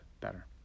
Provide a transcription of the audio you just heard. better